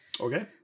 okay